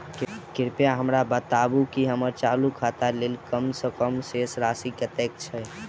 कृपया हमरा बताबू की हम्मर चालू खाता लेल कम सँ कम शेष राशि कतेक छै?